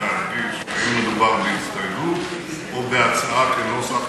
ולהדגיש אם מדובר בהסתייגות או בהצבעה כנוסח הוועדה.